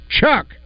chuck